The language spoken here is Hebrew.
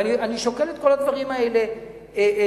ואני שוקל את כל הדברים האלה בו-זמנית.